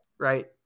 right